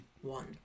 One